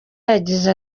yagize